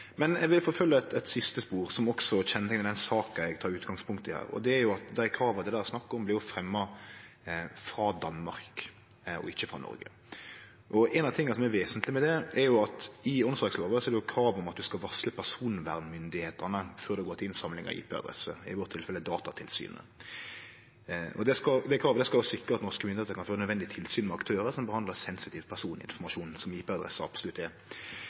at dei krava det her er snakk om, blir fremja frå Danmark og ikkje frå Noreg. Ein ting som er vesentleg med det, er at det i åndsverklova er krav om at ein skal varsle personvernmyndigheitene før ein går til innsamling av IP-adresser – i vårt tilfelle er det Datatilsynet. Det kravet skal sikre at norske myndigheiter kan føre nødvendig tilsyn med aktørar som behandlar sensitiv personinformasjon, noko som IP-adresser absolutt er.